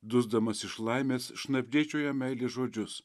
dusdamas iš laimės šnabždėčiau jam meilės žodžius